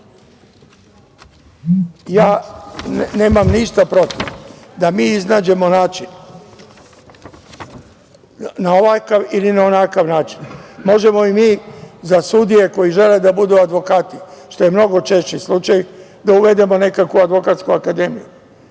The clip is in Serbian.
Nemam ništa protiv da mi iznađemo način, na ovakav ili na onakav način. Možemo i mi za sudije koje žele da budu advokati, što je mnogo češći slučaj, da uvedemo nekakvu advokatsku akademiju,